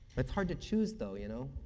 it's hard to choose though, you know?